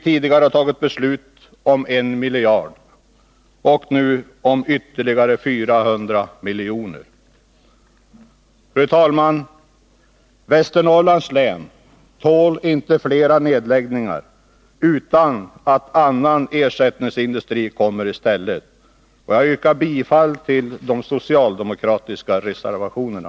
Tidigare har beslut fattats om 1 miljard. Nu gäller det ytterligare 400 miljoner. Fru talman! Västernorrlands län tål inte flera nedläggningar utan att ersättningsindustri kommer i stället. Jag yrkar bifall till de socialdemokra 55 tiska reservationerna.